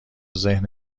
ذهن